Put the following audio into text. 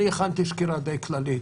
שהכנתי סקירה די כללית,